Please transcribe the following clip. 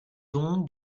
don